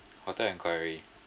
hotel inquiry